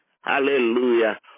Hallelujah